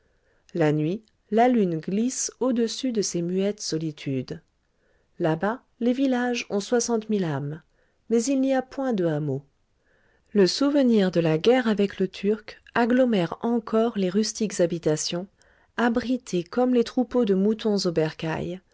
la nuit la lune glisse au-dessus de ces muettes solitudes là-bas les villages ont soixante mille âmes mais il n'y a point de hameaux le souvenir de la guerre avec le turc agglomère encore les rustiques habitations abritées comme les troupeaux de moutons